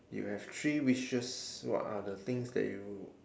you have three wishes what are the things that you